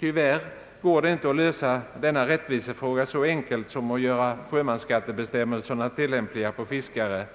Tyvärr går det inte att lösa denna rättvisefråga så enkelt som genom att göra sjömansskattebestämmelserna tillämpliga på fiskare;